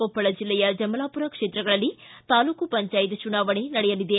ಕೊಪ್ಪಳ ಜಿಲ್ಲೆಯ ಜಮಲಾಪುರ ಕ್ಷೇತ್ರಗಳಲ್ಲಿ ತಾಲ್ಲೂಕು ಪಂಚಾಯತ್ ಚುನಾವಣೆ ನಡೆಯಲಿದೆ